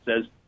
says